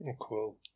Cool